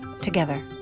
together